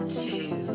two